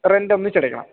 rent ഒന്നിച്ചടയ്ക്കണം